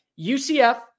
UCF